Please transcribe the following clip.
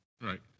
Right